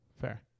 Fair